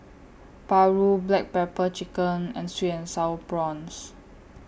Paru Black Pepper Chicken and Sweet and Sour Prawns